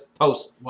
post